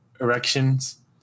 erections